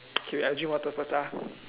okay I drink water first ah